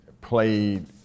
played